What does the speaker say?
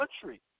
country